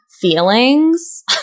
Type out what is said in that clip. feelings